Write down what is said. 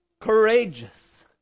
courageous